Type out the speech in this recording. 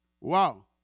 Wow